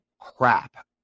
crap